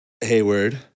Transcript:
Hayward